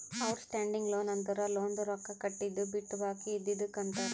out standing loan ಅಂದುರ್ ಲೋನ್ದು ರೊಕ್ಕಾ ಕಟ್ಟಿದು ಬಿಟ್ಟು ಬಾಕಿ ಇದ್ದಿದುಕ್ ಅಂತಾರ್